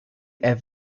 believe